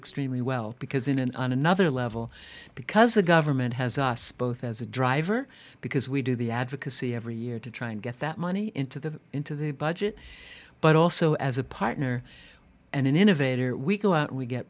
extremely well because in an on another level because the government has us both as a driver because we do the advocacy every year to try and get that money into the into the budget but also as a partner and an innovator we go out we get